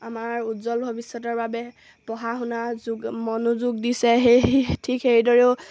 আমাৰ উজ্জ্বল ভৱিষ্যতৰ বাবে পঢ়া শুনা যুগ মনোযোগ দিছে সেই ঠিক সেইদৰেও